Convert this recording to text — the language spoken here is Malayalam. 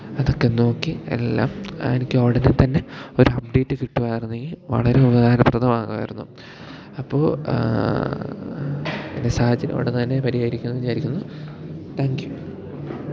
അതൊക്കെ നോക്കി എല്ലാം എനിക്ക് ഉടനെ തന്നെ ഒരു അപ്ഡേറ്റ് കിട്ടുവായിരുന്നെങ്കിൽ വളരെ ഉപകാരപ്രദമാകുമായിരുന്നു അപ്പോൾ എൻ്റെ സാഹചര്യം ഉടനെതന്നെ പരിഹരിക്കുമെന്ന് വിചാരിക്കുന്നു താങ്ക് യു